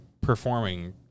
performing